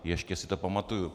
Ještě si to pamatuji.